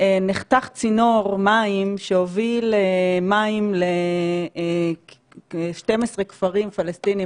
נחתך צינור מים שהוביל מים ל-12 כפרים פלסטינים